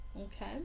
Okay